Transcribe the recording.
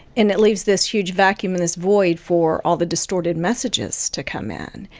and it leaves this huge vacuum and this void for all the distorted messages to come in.